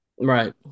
right